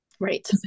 right